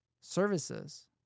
services